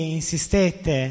insistette